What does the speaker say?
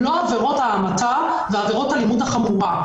לא עבירות ההמתה ועבירות האלימות החמורה.